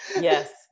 yes